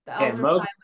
Okay